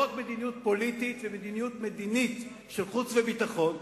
לא רק מדיניות פוליטית ומדיניות מדינית של חוץ וביטחון,